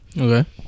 Okay